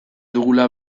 dugula